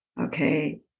Okay